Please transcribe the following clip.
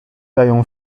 dają